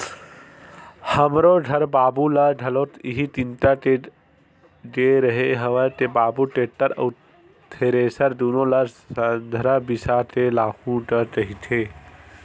हमरो घर बाबू ल घलोक इहीं चेता के गे रेहे हंव के बाबू टेक्टर अउ थेरेसर दुनो ल संघरा बिसा के लाहूँ गा कहिके